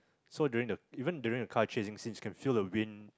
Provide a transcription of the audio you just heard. so during even during the car chasing scenes you can feel the wind